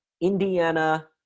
Indiana